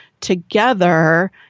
together